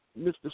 Mr